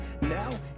Now